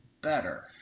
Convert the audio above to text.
better